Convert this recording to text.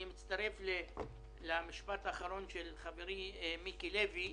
אני מצטרף למשפט האחרון של חברי מיקי לוי.